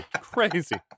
Crazy